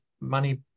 money